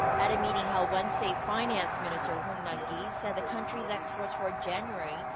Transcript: at a meeting held wednesday, finance minister hong nam-ki said the country's exports for january.